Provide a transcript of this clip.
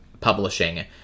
publishing